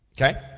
Okay